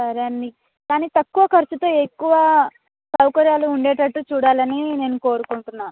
సరే అండి కానీ తక్కువ ఖర్చుతో ఎక్కువ సౌకర్యాలు ఉండేటట్టు చూడాలని నేను కోరుకుంటున్నాను